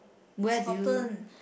it's fourteen